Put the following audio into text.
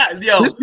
Yo